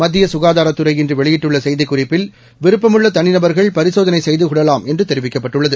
மத்திய சுகாதாரத் துறை இன்று வெளியிட்டுள்ள செய்திக் குறிப்பில் விருப்பமுள்ள தனிநபர்கள் பரிசோதனை செய்துகொள்ளலாம் என்று தெரிவிக்கப்பட்டுள்ளது